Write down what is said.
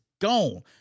gone